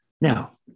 Now